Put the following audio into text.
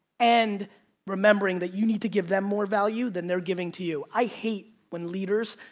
and remembering that you need to give them more value than they're giving to you. i hate when leaders,